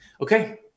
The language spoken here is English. Okay